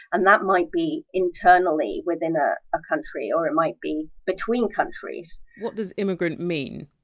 and that might be internally within a ah country, or it might be between countries what does immigrant mean?